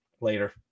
later